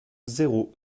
zéro